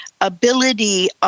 Ability